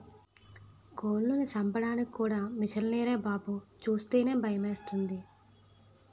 కోళ్లను చంపడానికి కూడా మిసన్లేరా బాబూ సూస్తేనే భయమేసింది